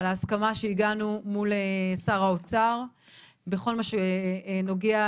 ההסכמה שהגענו מול שר האוצר בכל מה שנוגע